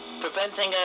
preventing